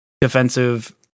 defensive